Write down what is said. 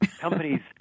companies –